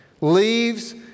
leaves